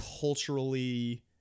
culturally